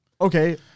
okay